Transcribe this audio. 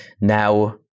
Now